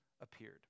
appeared